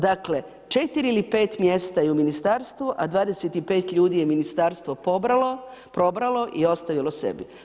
Dakle, 4 ili 5 mjesta je u Ministarstvu, a 25 ljudi je Ministarstvo probralo i ostavilo sebi.